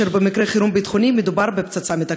כאשר במקרה חירום ביטחוני מדובר בפצצה מתקתקת.